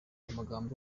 amagambo